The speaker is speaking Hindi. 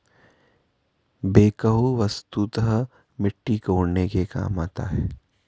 बेक्हो वस्तुतः मिट्टी कोड़ने के काम आता है